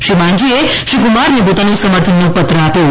શ્રી માંજીએ શ્રી કુમારને પોતાનો સમર્થનનો પત્ર આપ્યો છે